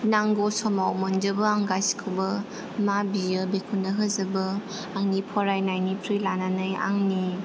नांगौ समाव मोनजोबो आं गासिखौबो मा बियो बेखौनो होजोबो आंनि फरायनायनिफ्राय लानानै आंनि